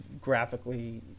graphically